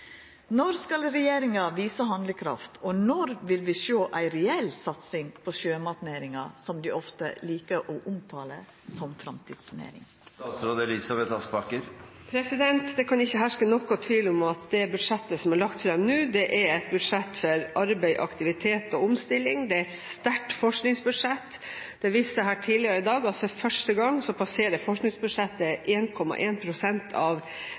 Når skal regjeringa visa handlekraft, og når vil vi sjå ei reell satsing på sjømatnæringa, som dei ofte likar å omtala som framtidsnæring? Det kan ikke herske noen tvil om at det budsjettet som nå er lagt fram, er et budsjett for arbeid, aktivitet og omstilling. Det er et sterkt forskningsbudsjett. Det ble tidligere her i dag vist til at for første gang passerer forskningsbudsjettet 1,1 pst. av